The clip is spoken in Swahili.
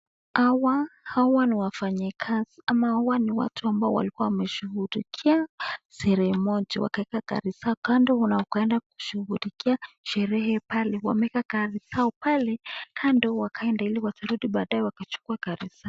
Hawa ni wafanyi kazi ama hawa ni watu wameshughulikia, sherehe moja wakaweka gari zao kando, wanapoende kushugulikia, sherehe pale wameweka gari zao pale kando ili wakirudi baadaye kuchukua gari zao.